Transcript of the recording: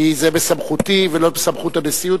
כי זה בסמכותי ולא בסמכות הנשיאות,